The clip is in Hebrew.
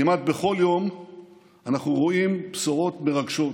כמעט בכל יום אנחנו רואים בשורות מרגשות.